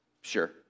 sure